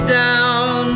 down